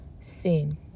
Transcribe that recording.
sin